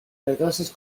verdosos